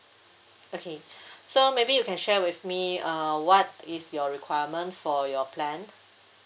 okay so maybe you can share with me uh what is your requirement for your plan